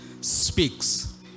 speaks